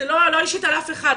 זה לא אישית על אף אחד,